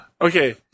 Okay